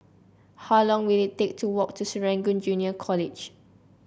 how long will it take to walk to Serangoon Junior College